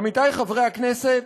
עמיתי חברי הכנסת,